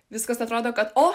viskas atrodo kad o